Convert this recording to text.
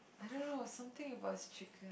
I don't know something about his chicken